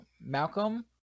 Malcolm